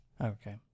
Okay